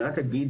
אני רק אגיד,